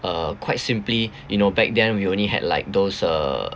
uh quite simply you know back then we only had like those uh